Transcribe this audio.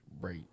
right